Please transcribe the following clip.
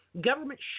Government